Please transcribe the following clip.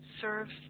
serves